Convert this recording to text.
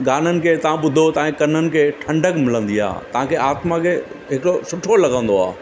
गाननि खे तां ॿुधो तव्हांजे कननि खे ठंडक मिलंदी आहे तव्हांखे आत्मा खे हिकिड़ो सुठो लॻंदो आहे